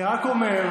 אני רק אומר.